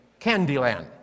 Candyland